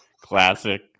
Classic